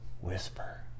whisper